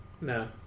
No